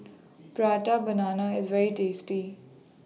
Prata Banana IS very tasty